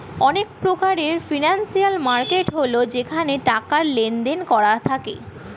অনেক প্রকারের financial market হয় যেখানে টাকার লেনদেন করা হয়ে থাকে